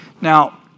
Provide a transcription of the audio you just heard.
Now